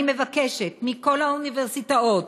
אני מבקשת מכל האוניברסיטאות